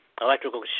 electrical